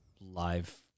live